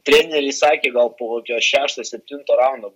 treneriai sakė gal po kokio šešto septinto raundo